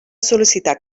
sol·licitar